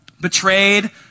Betrayed